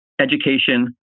education